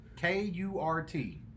K-U-R-T